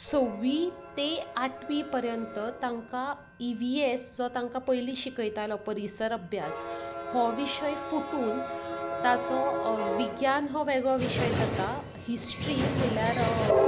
सव्वी तें आठवी पर्यंत तांकां ईवीएस जो तांकां पयली शिकयतालो परीसर अभ्यास हो विशय फुटून ताचो विज्ञान हो वेगळो विशय जाता हिस्ट्री म्हणल्यार